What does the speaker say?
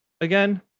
again